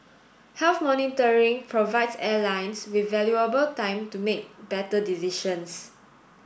health monitoring provides airlines with valuable time to make better decisions